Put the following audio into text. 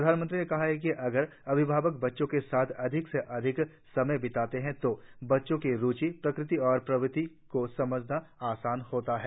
प्रधानमंत्री ने कहा कि अगर अभिभावक बच्चों के साथ अधिक से अधिक समय बिताएं तो बच्चों की रूचि प्रकृति और प्रवृत्ति को समझना आसान होता है